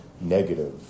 negative